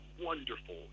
wonderful